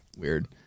Weird